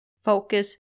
focus